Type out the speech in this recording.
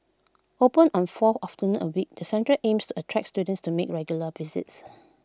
open on four afternoons A week the centre aims to attract students to make regular visits